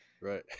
Right